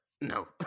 No